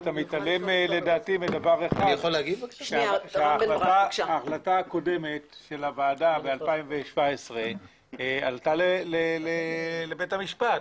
אתה מתעלם מדבר אחד - ההחלטה הקודמת של הוועדה מ-2017 עלתה לבית המשפט,